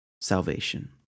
salvation